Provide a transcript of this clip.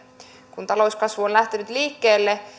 kun talouskasvu on lähtenyt liikkeelle